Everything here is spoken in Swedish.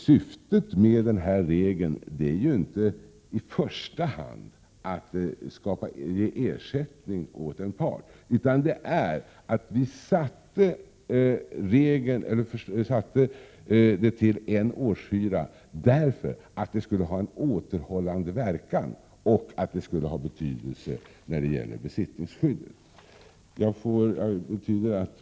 Syftet med den här regeln är ju inte i första hand att ge ersättning åt en part, utan syftet med att vi satte ersättningen till en årshyra var att det skulle ha en återhållande verkan och ha betydelse när det gäller besittningsskyddet.